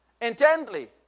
intently